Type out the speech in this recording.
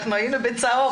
אנחנו בצהוב,